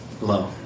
low